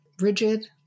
rigid